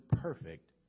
perfect